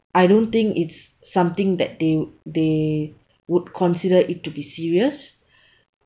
I don't think it's something that they they would consider it to be serious